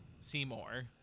Seymour